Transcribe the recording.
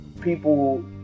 people